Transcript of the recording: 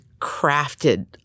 crafted